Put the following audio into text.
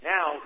Now